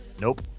Nope